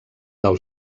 del